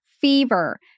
fever